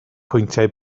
pwyntiau